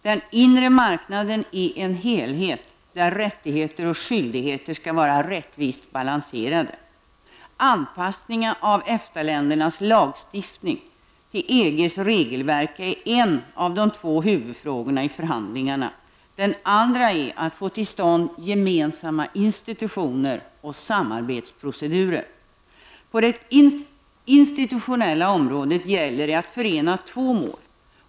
Den inre marknaden är en helhet, där rättigheter och skyldigheter skall vara rättvist balanserade. EGs regelverk är en av de två huvudfrågorna i förhandlingarna. Den andra är att få till stånd gemensamma institutioner och samarbetsprocedurer. På det institutionella området gäller det att förena två mål.